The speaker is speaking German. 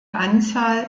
anzahl